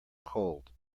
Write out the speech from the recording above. cold